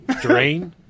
drain